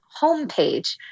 homepage